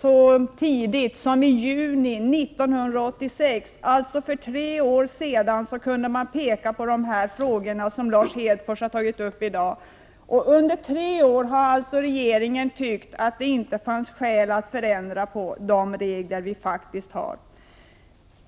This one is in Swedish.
så tidigt som i juni 1986. Man kunde för tre år sedan peka på de frågor som Lars Hedfors i dag tog upp. Under tre år har regeringen ansett att det inte funnits skäl att ändra de regler vi faktiskt har.